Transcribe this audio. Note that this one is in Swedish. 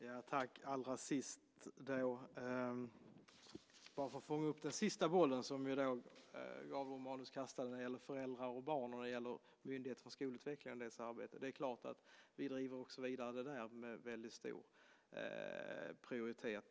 Fru talman! Allra sist ska jag fånga upp den sista bollen som Gabriel Romanus kastade när det gäller föräldrar och barn samt Myndigheten för skolutveckling och dess arbete. Det är klart att vi driver det vidare med väldigt stor prioritet.